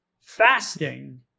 fasting